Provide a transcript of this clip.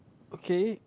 okay